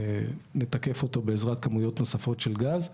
נתקף אותו בעזרת כמויות נוספות של גז,